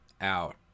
out